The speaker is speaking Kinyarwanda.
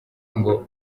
ngo